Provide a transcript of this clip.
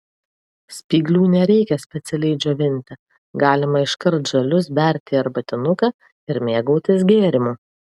spyglių nereikia specialiai džiovinti galima iškart žalius berti į arbatinuką ir mėgautis gėrimu